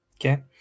okay